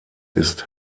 ist